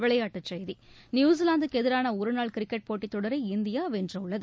விளையாட்டுச் செய்திகள் நியூசிலாந்துக்கு எதிரான ஒருநாள் கிரிக்கெட் போட்டித்தொடரை இந்தியா வென்றுள்ளது